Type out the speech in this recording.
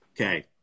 Okay